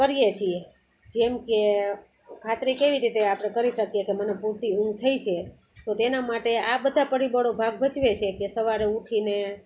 કરીએ છીએ જેમ કે ખાતરી કેવી રીતે આપણે કરી શકીએ કે મને પૂરતી ઊંઘ થઈ છે તો તેના માટે આ બધા પરિબળો ભાગ ભજવે છે કે સવારે ઉઠીને